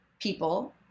people